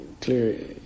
clear